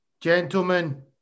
gentlemen